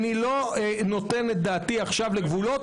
אני לא נותן את דעתי עכשיו לגבולות,